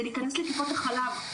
זה להיכנס לטיפות החלב,